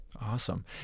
Awesome